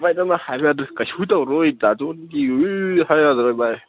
ꯃꯣꯏ ꯑꯗꯨꯝꯅ ꯍꯥꯏꯔꯛꯂꯁꯨ ꯀꯩꯁꯨ ꯇꯧꯔꯣꯏ ꯗꯥ ꯖꯣꯟꯒꯤ ꯋꯤ ꯍꯥꯏ ꯌꯥꯗ꯭ꯔꯣ ꯚꯥꯏ